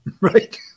Right